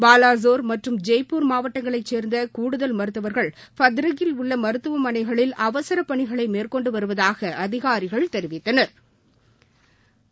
பாலஸோர் மற்றும் ஜெய்ப்பூர் மாவட்டங்களைச் சேர்ந்த கூடுதல் மருத்துவர்கள் பத்ரக் யில் உள்ள மருத்துவமனைகளில் அவசர பணிகளை மேற்கொண்டு வருவதாக அதிகாரிகள் தெரிவித்தனா்